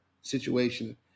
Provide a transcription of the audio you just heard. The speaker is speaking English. situation